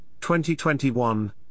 2021